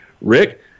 Rick